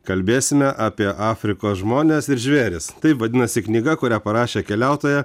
kalbėsime apie afrikos žmones ir žvėris taip vadinasi knyga kurią parašė keliautoja